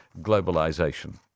globalisation